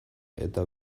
eta